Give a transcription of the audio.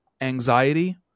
anxiety